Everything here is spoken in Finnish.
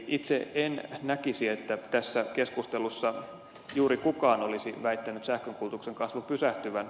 itse en näkisi että tässä keskustelussa juuri kukaan olisi väittänyt sähkön kulutuksen kasvun pysähtyvän